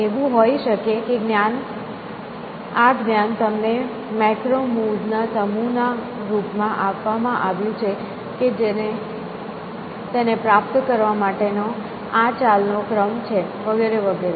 એવું હોઈ શકે છે કે આ જ્ઞાન તમને મેક્રો મૂવ્સ ના સમૂહના રૂપમાં આપવામાં આવ્યું છે કે તેને પ્રાપ્ત કરવા માટેનો આ ચાલ નો ક્રમ છે વગેરે વગેરે